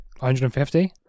150